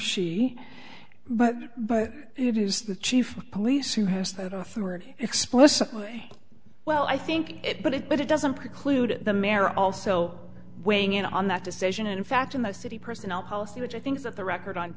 she but but it is the chief of police who has total for explicitly well i think it but it but it doesn't preclude the mare also weighing in on that decision in fact in the city personnel policy which i think that the record on